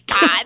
God